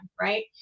right